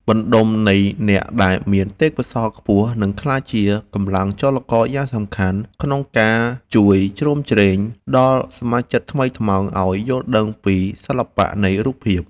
បណ្តុំនៃអ្នកដែលមានទេពកោសល្យខ្ពស់នឹងក្លាយជាកម្លាំងចលករយ៉ាងសំខាន់ក្នុងការជួយជ្រោមជ្រែងដល់សមាជិកថ្មីថ្មោងឱ្យយល់ដឹងពីសិល្បៈនៃរូបភាព។